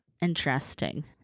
Interesting